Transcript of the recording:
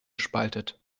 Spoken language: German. spaltet